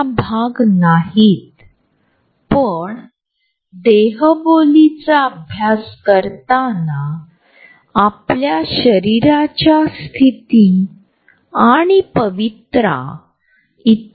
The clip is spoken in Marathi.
मी भाषणाने खूप प्रभावित झालो आणि मला यावर भाष्य करायचे आहे तर मी संभाषणासाठी जवळ येईन